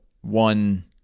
one